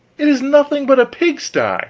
it is nothing but a pigsty